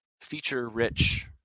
feature-rich